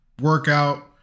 workout